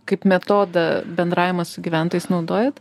kaip metodą bendravimą su gyventojais naudojat